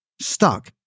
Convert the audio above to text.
Stuck